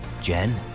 jen